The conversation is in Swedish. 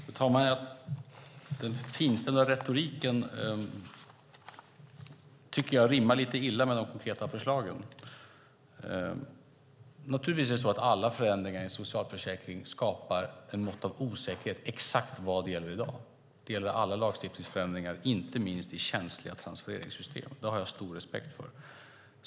Fru talman! Jag tycker att den finstämda retoriken rimmar lite illa med de konkreta förslagen. Alla förändringar i en socialförsäkring skapar ett mått av osäkerhet om vad som exakt gäller i dag. Det gäller alla lagstiftningsförändringar, inte minst i känsliga transfereringssystem. Det har jag stor respekt för.